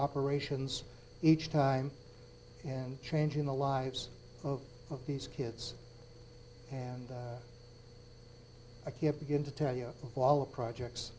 operations each time and changing the lives of these kids and i can't begin to tell you all of projects